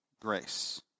grace